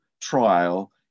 trial